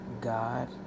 God